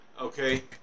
okay